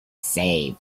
save